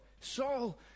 Saul